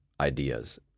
ideas